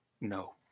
No